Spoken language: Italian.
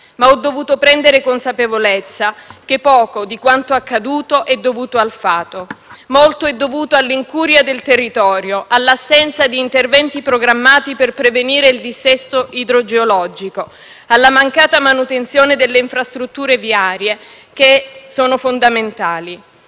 ma ho dovuto prendere consapevolezza che poco di quanto accaduto è dovuto al fato. Molto è dovuto all'incuria del territorio, all'assenza di interventi programmati per prevenire il dissesto idrogeologico, alla mancata manutenzione delle infrastrutture viarie che sono fondamentali.